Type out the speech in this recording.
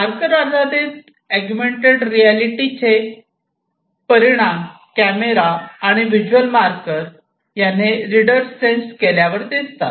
मार्करआधारित augmented रियालिटीचे परिणाम camera आणि व्हिज्युअल मार्कर याने रीडर सेन्स केल्यावर दिसतात